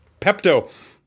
Pepto